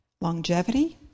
longevity